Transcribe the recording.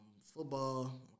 Football